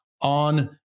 on